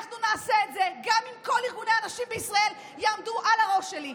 אנחנו נעשה את זה גם אם כל ארגוני הנשים בישראל יעמדו על הראש שלי,